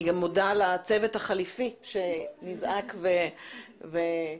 אני גם מודה לצוות החליפי שנזעק ונתן